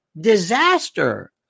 disaster